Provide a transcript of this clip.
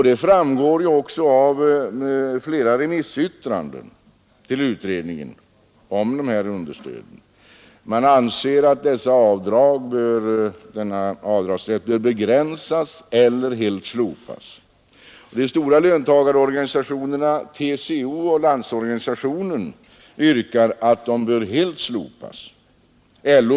Detta framgår också av flera remissyttranden till utredningen; man anser att denna avdragsrätt bör begränsas eller helt slopas. De stora löntagarorganisationerna, TCO och Landsorganisationen, yrkar att avdragsrätten helt skall slopas.